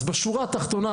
אז בשורה התחתונה,